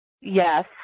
Yes